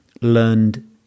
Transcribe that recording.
learned